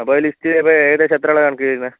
അപ്പം ആ ലിസ്റ്റ് ഇപ്പം ഏകദേശം എത്ര ആൾ ആണ് കണക്ക് വരുന്നത്